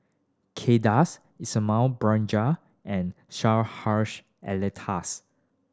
Kay Das Ismail and Hussh Alatas